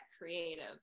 creative